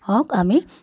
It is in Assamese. হওক আমি